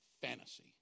fantasy